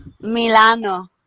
Milano